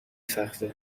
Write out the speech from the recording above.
سخته